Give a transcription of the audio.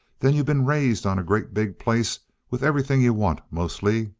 then you been raised on great big place with everything you want, mostly,